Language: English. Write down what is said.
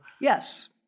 Yes